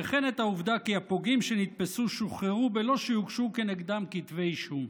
וכן את העובדה כי הפוגעים שנתפסו שוחררו בלא שיוגשו כנגדם כתבי אישום.